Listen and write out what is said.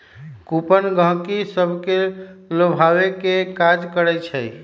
coupon गहकि सभके लोभावे के काज करइ छइ